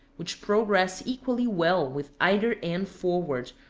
which progress equally well with either end forward,